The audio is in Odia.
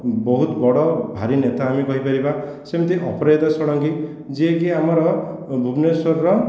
ବହୁତ ବଡ଼ ଭାରି ନେତା ବି କହିପାରିବା ସେମିତି ଅପରାଜିତା ଷଡ଼ଙ୍ଗୀ ଯିଏକି ଆମର ଭୁବନେଶ୍ୱରର